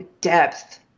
depth